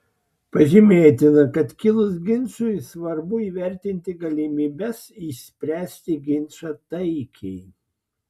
pažymėtina kad kilus ginčui svarbu įvertinti galimybes išspręsti ginčą taikiai